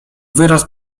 wyraz